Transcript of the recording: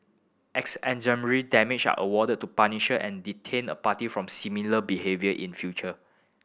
exemplary damage are awarded to punisher and deter a party from similar behaviour in future